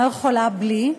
אני לא יכולה בלי.